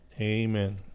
Amen